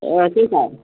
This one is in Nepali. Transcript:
अँ त्यही त